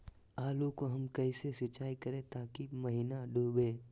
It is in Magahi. आलू को हम कैसे सिंचाई करे ताकी महिना डूबे?